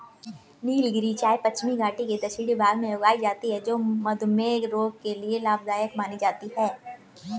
नीलगिरी चाय पश्चिमी घाटी के दक्षिणी भाग में उगाई जाती है जो मधुमेह रोग के लिए लाभदायक मानी जाती है